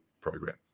program